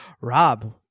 Rob